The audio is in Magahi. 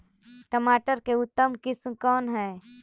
टमाटर के उतम किस्म कौन है?